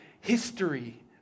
history